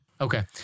Okay